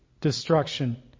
destruction